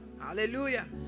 hallelujah